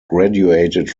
graduated